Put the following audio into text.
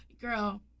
girl